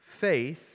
faith